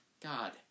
God